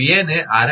sઆરએમએસ r